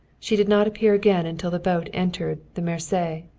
she did not appear again until the boat entered the mersey,